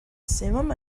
simum